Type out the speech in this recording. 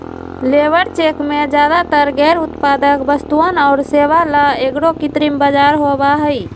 labour चेक में ज्यादातर गैर उत्पादक वस्तुअन और सेवा ला एगो कृत्रिम बाजार होबा हई